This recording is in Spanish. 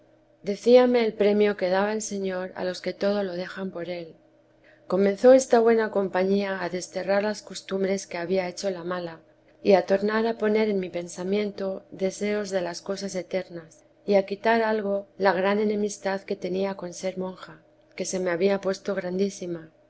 escogidos decíame el premio que daba el señor a los que todo lo dejan por él comenzó esta buena compañía a desterrar las costumbres que había hecho la mala y a tornar a poner en mi pensamiento deseos de las cosas eternas y a quitar algo la gran enemistad que tenía con ser monja que se me había puesto grandísima